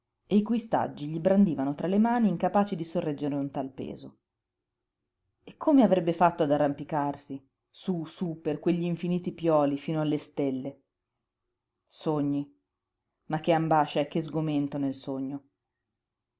i cui staggi gli brandivano tra le mani incapaci di sorreggere un tal peso e come avrebbe fatto ad arrampicarsi sú sú per quegli infiniti pioli fino alle stelle sogni ma che ambascia e che sgomento nel sogno